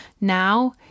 now